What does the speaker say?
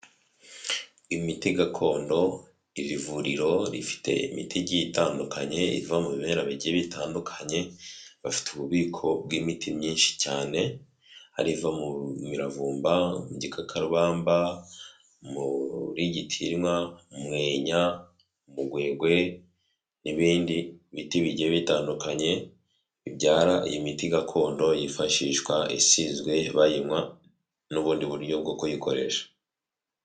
Imiti gakondo iri vuriro rifite imiti igiye itandukanye iva mu bimera bigiye bitandukanye, bafite ububiko bw'imiti myinshi cyane ari iva mu miravumba, mu gikakarubamba, muri gitinywa, umwenya, umugwegwe n'ibindi biti bigiye bitandukanye bibyara iyi miti gakondo yifashishwa isizwe bayinywa n'ubundi buryo bwo kuyikoresha.